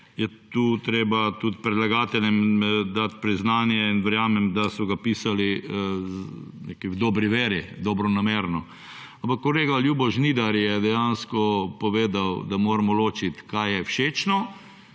je tukaj treba tudi predlagateljem dati priznanje in verjamem, da so ga pisali v neki dobri veri, dobronamerno. Ampak kolega Ljubo Žnidar je dejansko povedal, da moramo ločiti kaj je všečno